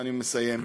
אני מסיים.